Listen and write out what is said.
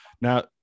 now